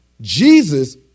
Jesus